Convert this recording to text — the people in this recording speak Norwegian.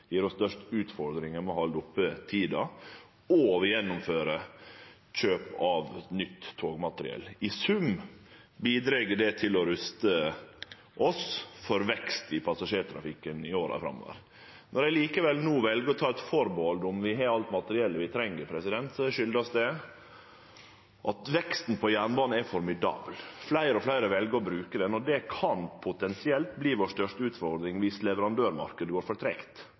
nytt togmateriell. I sum bidreg det til å ruste oss for vekst i passasjertrafikken i åra framover. Når eg likevel no vel å ta eit atterhald om at vi har alt materiellet vi treng, skuldast det at veksten på jernbane er formidabel. Fleire og fleire vel å bruke han, og det kan potensielt verta vår største utfordring viss